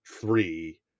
three